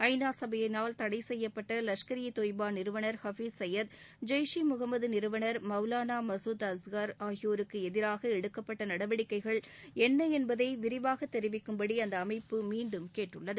ஐ நா சபையினால் தடை செய்யப்பட்ட லஷ்கர் இ தொய்பா நிறுவனர் ஹஃபீஸ் சையது ஜெய்ஷே முகமது நிறுவனர் மவுலாளா மசூத் அஸ்ஹர் ஆகியோருக்கு எதிராக எடுக்கப்பட்ட நடவடிக்கைகள் என்ன என்பதை விரிவாக தெரிவிக்கும்படி அந்த அமைப்பு மீண்டும் கேட்டுள்ளது